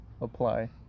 apply